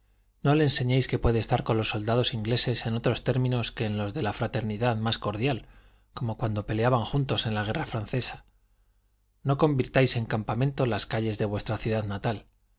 no le enseñéis que puede estar con los soldados ingleses en otros términos que en los de la fraternidad más cordial como cuando peleaban juntos en la guerra francesa no convirtáis en campamento las calles de vuestra ciudad natal